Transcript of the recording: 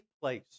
place